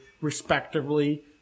respectively